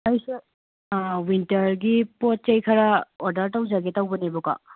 ꯑꯩꯁꯨ ꯋꯤꯟꯇꯔꯒꯤ ꯄꯣꯠ ꯆꯩ ꯈꯔ ꯑꯣꯗꯔ ꯇꯧꯖꯒꯦ ꯇꯧꯕꯅꯦꯕꯀꯣ